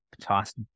tossed